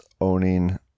owning